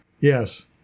Yes